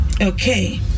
Okay